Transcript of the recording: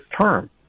term